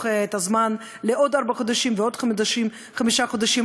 את הזמן עוד ארבעה חודשים ועוד חמישה חודשים,